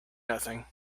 nothing